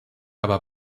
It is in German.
aber